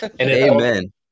Amen